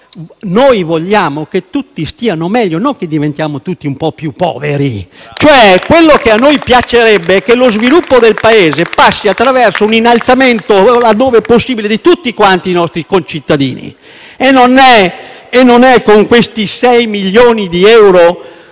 Noi vogliamo che tutti stiano meglio, non che diventiamo tutti un po' più poveri. *(Applausi dal Gruppo FI-BP)*. A noi piacerebbe che lo sviluppo del Paese passasse attraverso un innalzamento, laddove possibile, di tutti quanti i nostri concittadini. E non è con questi sei miliardi di euro